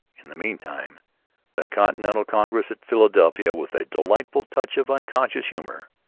in the meantime the continental congress at philadelphia, with a delightful touch of unconscious humour,